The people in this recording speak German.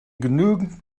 genügend